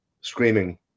screaming